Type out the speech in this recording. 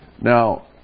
Now